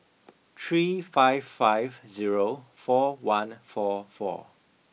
three five five zero four one four four